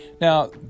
Now